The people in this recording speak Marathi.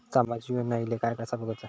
सामाजिक योजना इले काय कसा बघुचा?